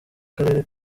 karere